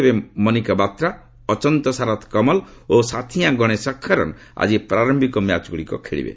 ତେବେ ମନିକା ବାତ୍ରା ଅଚନ୍ତ ସାରଥ କମଲ ଓ ସାଥୀୟାଁ ଗଣଶେଖରନ୍ ଆଜି ପ୍ରାର୍ୟିକ ମ୍ୟାଚ୍ଗୁଡ଼ିକ ଖେଳିବେ